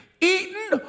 eaten